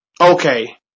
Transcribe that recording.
okay